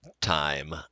time